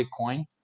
Bitcoin